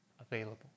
available